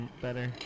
better